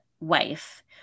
wife